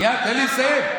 שנייה, תן לי לסיים.